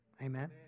Amen